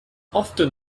often